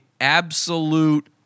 absolute